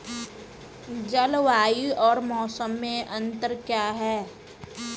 जलवायु और मौसम में अंतर क्या है?